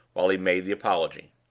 while he made the apology.